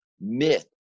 myth